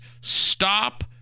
stop